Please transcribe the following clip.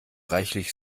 reichlich